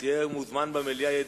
אתה תהיה מוזמן במליאה.